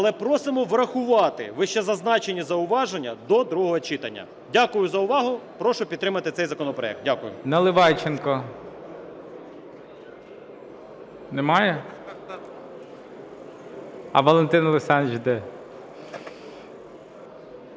але просимо врахувати вищезазначені зауваження до другого читання. Дякую за увагу. Прошу підтримати цей законопроект. Дякую. ГОЛОВУЮЧИЙ. Наливайченко. Немає? А Валентин Олександрович